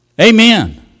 Amen